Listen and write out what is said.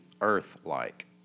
earth-like